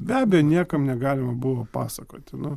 be abejo niekam negalima buvo pasakoti nu